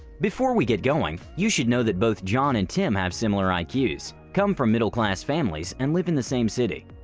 before we get going, you should know that both john and tim have similar like iqs, come from middle class families and live in the same city.